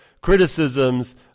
criticisms